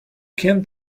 can